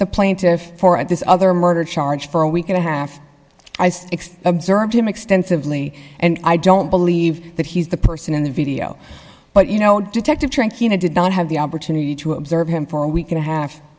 the plaintiff for at this other murder charge for a week and a half observed him extensively and i don't believe that he's the person in the video but you know detective did not have the opportunity to observe him for a week and a half